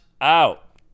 out